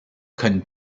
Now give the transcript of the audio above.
können